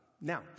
now